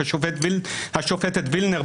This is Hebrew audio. השופטת וילנר,